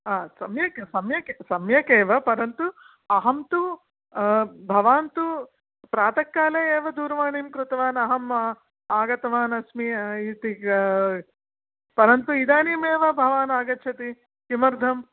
सम्यक् सम्यक् सम्यक् एव परन्तु अहं तु भवान् तु प्रातःकाले एव दूरवाणीं कृतवान् अहम् आगतवान् अस्मि इति परन्तु इदानीम् एव भवान् आगच्छति किमर्थम्